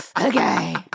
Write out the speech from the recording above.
Okay